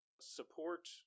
support